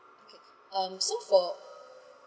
okay um so for